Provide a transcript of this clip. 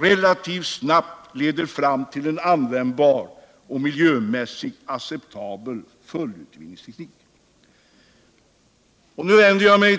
relativt snabbt skall kunna leda fram till en användbar och miljömässigt acceptabel fullutvinningsteknik.